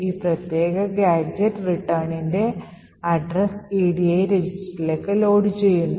ഈ പ്രത്യേക ഗാഡ്ജെറ്റ് റിട്ടേണിന്റെ വിലാസം edi രജിസ്റ്ററിലേക്ക് ലോഡുചെയ്യുന്നു